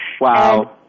Wow